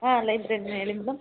ಹಾಂ ಲೈಬ್ರರಿಯೆ ಹೇಳಿ ಮೇಡಮ್